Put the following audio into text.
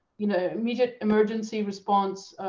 you know immediate emergency response.